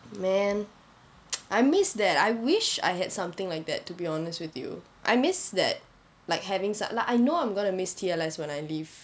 man I miss that I wish I had something like that to be honest with you I miss that like having saturday like I know I'm going to miss T_L_S when I leave